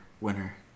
winner